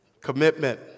Commitment